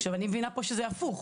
עכשיו, אני מבינה פה שזה הפוך.